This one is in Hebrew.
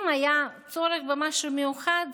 אם היה צורך במשהו מיוחד,